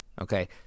okay